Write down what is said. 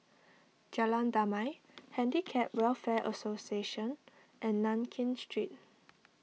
Jalan Damai Handicap Welfare Association and Nankin Street